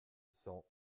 cent